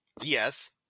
Yes